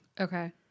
Okay